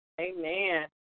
Amen